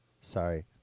Sorry